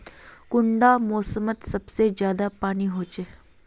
कुंडा मोसमोत सबसे ज्यादा पानी होचे?